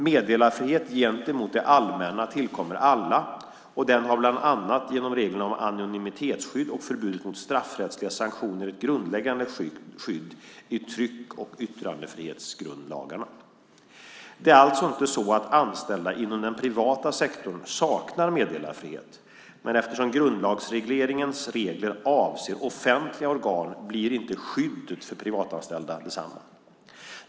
Meddelarfrihet gentemot det allmänna tillkommer alla, och den har bland annat genom reglerna om anonymitetsskydd och förbudet mot straffrättsliga sanktioner ett grundläggande skydd i tryck och yttrandefrihetsgrundlagarna. Det är alltså inte så att anställda inom den privata sektorn saknar meddelarfrihet, men eftersom grundlagsregleringens regler avser offentliga organ blir inte skyddet för privatanställda detsamma.